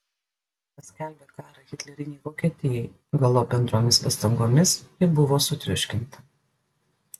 paskelbė karą hitlerinei vokietijai galop bendromis pastangomis ji buvo sutriuškinta